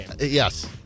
Yes